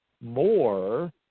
more